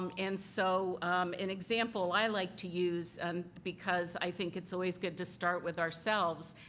um and so an example i like to use and because i think it's always good to start with ourselves,